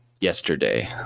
yesterday